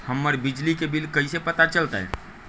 हमर बिजली के बिल कैसे पता चलतै?